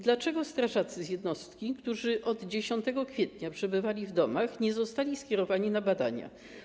Dlaczego strażacy z jednostki, którzy od 10 kwietnia przebywali w domach, nie zostali skierowani na badania?